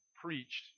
preached